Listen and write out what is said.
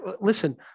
listen